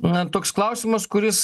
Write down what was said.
na toks klausimas kuris